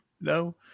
No